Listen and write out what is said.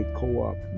co-op